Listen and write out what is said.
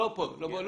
כאן.